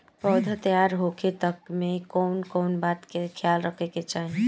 पौधा तैयार होखे तक मे कउन कउन बात के ख्याल रखे के चाही?